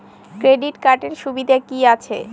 Credit কার্ডের সুবিধা কি আছে?